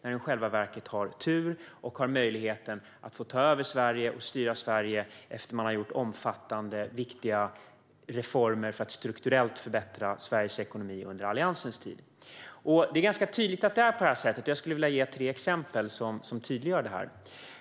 I själva verket har hon tur och fick möjligheten att ta över och styra Sverige efter att man gjort omfattande viktiga reformer för att strukturellt förbättra Sveriges ekonomi under Alliansens tid. Det är ganska tydligt att det är på det här sättet, och jag vill ge ett par exempel för att tydliggöra det.